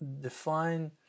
define